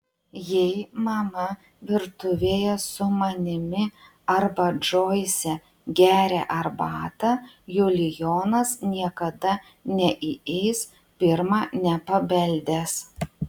jei mama virtuvėje su manimi arba džoise geria arbatą julijonas niekada neįeis pirma nepabeldęs